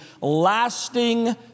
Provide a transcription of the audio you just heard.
lasting